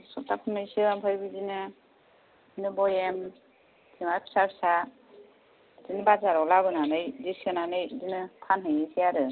सफ्था खुनैसोआ आमफ्राय बिदिनो बिदिनो बयेम थेमा फिसा फिसा बिदिनो बाजाराव लाबोनानै बिदि सोनानै फानहैनोसै आरो